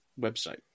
website